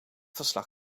verslag